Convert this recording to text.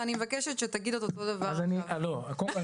ואני מבקשת שתגיד את אותו הדבר גם היום (צוחקת).